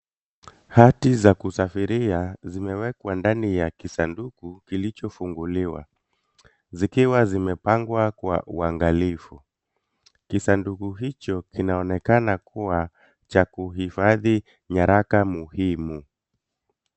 Hati za kusafiria zimewekwa ndani ya kisanduku kilichofunguliwa zikiwa zimepangwa kwa uangalifu . Kisanduku hicho kinaonekana kuwa cha kuhifadhi nyaraka muhimu.